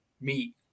meat